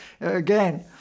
again